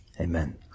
amen